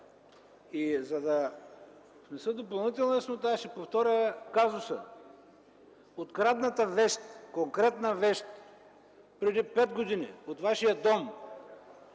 За да внеса допълнителна яснота, ще повторя казуса: открадната конкретна вещ преди пет години от Вашия дом,